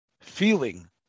feeling